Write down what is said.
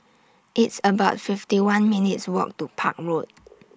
It's about fifty one minutes' Walk to Park Road